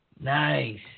Nice